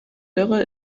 dürre